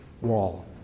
wall